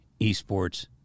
esports